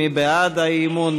מי בעד האי-אמון?